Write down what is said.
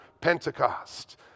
Pentecost